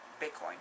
Bitcoin